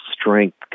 strength